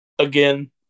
Again